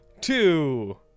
Two